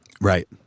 Right